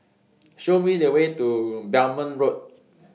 Show Me The Way to Belmont Road